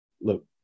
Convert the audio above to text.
Look